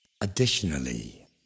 Additionally